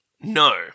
No